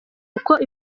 uko